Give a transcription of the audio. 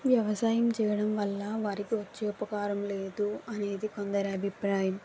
వ్యవసాయం చేయడం వల్ల వారికి వచ్చే ఉపకారం లేదు అనేది కొందరి అభిప్రాయం